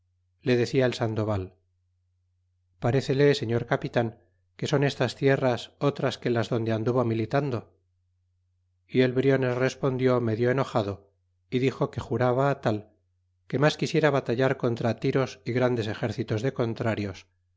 le decia el sandoval parécele señor capitan que son estas tierras otras que las donde anduvo militando y el brion es respondió medio enojado y dixo que juraba tal que mas quisiera batallar contra tiros y grandes exércitos de contrarios